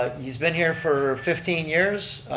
ah he's been here for fifteen years,